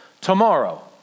Tomorrow